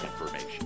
information